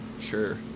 Sure